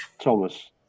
Thomas